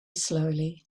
slowly